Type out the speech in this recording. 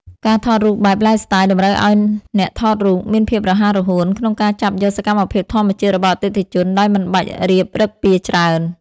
ការថតរូបបែប Lifestyle តម្រូវឱ្យអ្នកថតរូបមានភាពរហ័សរហួនក្នុងការចាប់យកសកម្មភាពធម្មជាតិរបស់អតិថិជនដោយមិនបាច់រៀបឫកពារច្រើន។